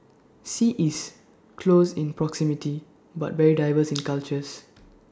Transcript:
sea is close in proximity but very diverse in cultures